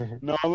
No